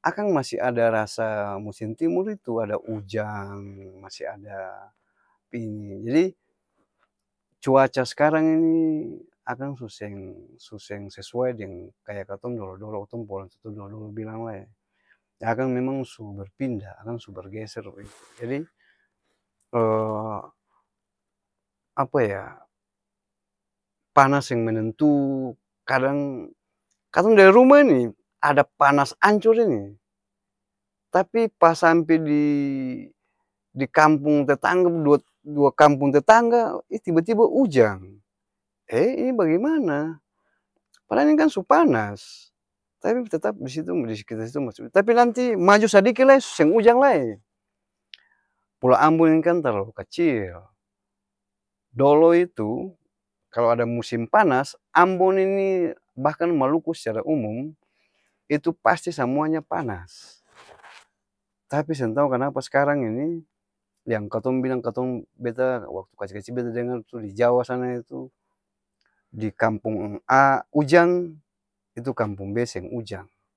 akang masi ada rasa musim timur itu ada ujang masi ada jadi, cuaca s'karang ini akang su seng su seng-sesuai deng kaya katong dolo-dolo kotong pung orang tua-tua dolo-dolo bilang lae, akang memang su berpindah akang su bergeser jadi, apa ya? Tana seng menentu, kadang katong dari rumah ini, ada panas ancor ini, tapi pas sampe di di-kampung tetangga dua't dua-kampung tetangga, ih tiba-tiba ujang! Eee ini bagemana? Padahal ini kan su panas, tapi tetap disitu di sekitar itu masi tapi nanti maju sadiki lai su seng ujang lae, pulau ambon ini kan talalu kacil dolo itu, kalo ada musim panas, ambon ini bahkan maluku secara umum, itu pasti samua nya panas tapi seng tau kanapa s'karang ini, yang katong bilang katong beta waktu kac-kacil beta dengar tu di jawa sana itu, di kampung a ujang, itu kampung b seng ujang.